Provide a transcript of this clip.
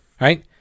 right